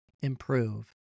improve